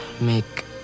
make